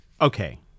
Okay